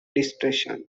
depression